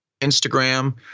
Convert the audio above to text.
Instagram